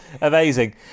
Amazing